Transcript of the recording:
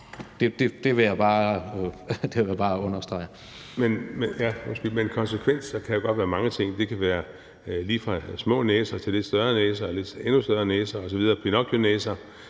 Kl. 15:31 Søren Espersen (DF): Men konsekvenser kan jo godt være mange ting. Det kan være alt lige fra små næser til lidt større næser og endnu større næser – Pinocchionæser